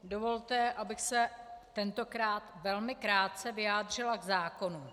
Dovolte, abych se tentokrát velmi krátce vyjádřila k zákonu.